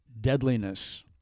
deadliness